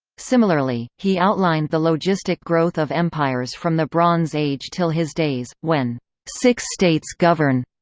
similarly, he outlined the logistic growth of empires from the bronze age till his days, when six states govern.